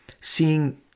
seeing